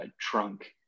trunk